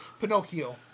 Pinocchio